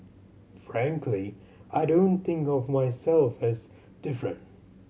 frankly I don't think of myself as different